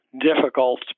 difficult